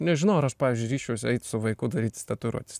nežinau ar pavyzdžiui ryžčiausi eit su vaiku daryt tatuiruotes